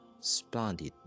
splendid